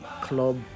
club